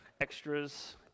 extras